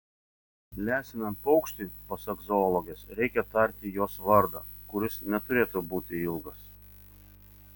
lesinant paukštį pasak zoologės reikia tarti jos vardą kuris neturėtų būti ilgas